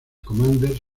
commander